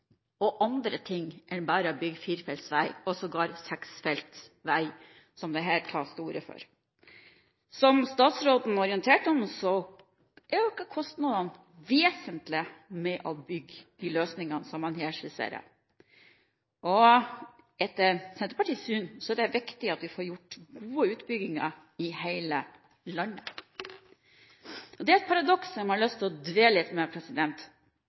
og andre ting enn bare å bygge firefelts vei, sågar seksfelts vei, som det tas til orde for her. Som statsråden orienterte om, øker kostnadene vesentlig ved å bygge de løsningene som man skisserer her. Etter Senterpartiets syn, er det viktig at vi får gjort gode utbygginger i hele landet. Det er et paradoks som jeg har lyst til å dvele litt